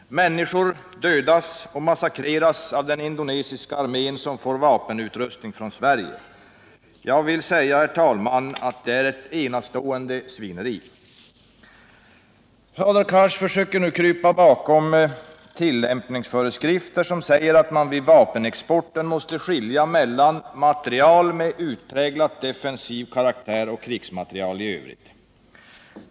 Människor dödas och massakreras av den indonesiska armén som får vapenutrustning från Sverige. Det är, herr talman, ett enastående svineri. Hadar Cars försöker nu krypa bakom tillämpningsföreskrifter som säger att man vid vapenexporten måste ”skilja mellan materiel av utpräglat defensiv karaktär och krigsmateriel i övrigt”.